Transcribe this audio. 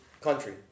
country